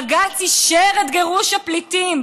בג"ץ אישר את גירוש הפליטים.